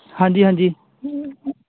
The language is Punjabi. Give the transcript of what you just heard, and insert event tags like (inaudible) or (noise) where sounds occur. ਹਾਂਜੀ ਹਾਂਜੀ (unintelligible)